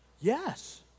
Yes